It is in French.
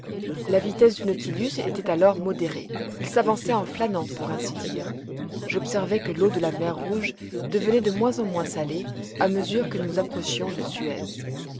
la vitesse du nautilus était alors modérée il s'avançait en flânant pour ainsi dire j'observai que l'eau de la mer rouge devenait de moins en moins salée a mesure que nous approchions de suez